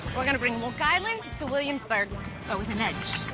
we're gonna bring long island to williamsburg but with an edge.